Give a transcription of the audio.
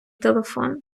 телефон